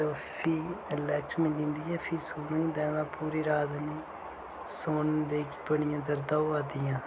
मतलब फ्ही रिलैक्स मिली जंदी ऐ फ्ही सोने होंदा ऐ ता पूरी राती नी सोंदे बड़ियां दर्दां होवा दियां